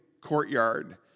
courtyard